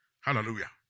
Hallelujah